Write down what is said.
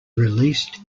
released